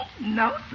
No